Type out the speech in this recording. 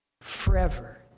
forever